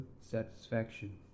satisfaction